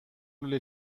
لوله